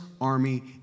army